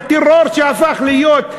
הטרור שהפך להיות,